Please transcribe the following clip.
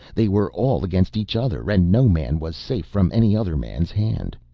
they were all against each other and no man was safe from any other man's hand.